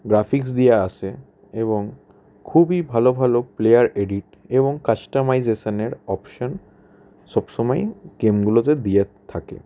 graphics দিয়ে আসে এবং খুবই ভালো ভালো প্লেয়ার এডিট এবং কাস্টমাইজেশানের অপশান সব সময়ই গেমগুলোতে দিয়ে থাকে